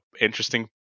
interesting